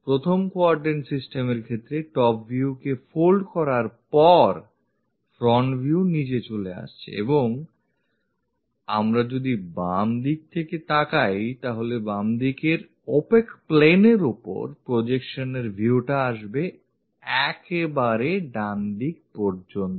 প্রথম quadrant system এর ক্ষেত্রে Top view কে fold করার পর front view নিচে চলে আসছে এবং আমরা যদি বামদিক থেকে তাকাই তাহলে বামদিকের opaque plane এর ওপর প্রজেকশন এর view টা আসবে একেবারে ডানদিক পর্যন্ত